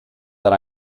that